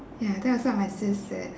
ya that was what my sis said